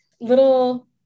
little